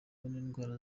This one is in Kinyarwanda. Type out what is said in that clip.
n’indwara